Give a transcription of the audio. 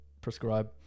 prescribe